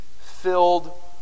filled